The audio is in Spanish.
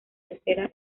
tercera